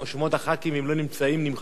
ואם הם לא נמצאים נמחק אותם מהרשימה.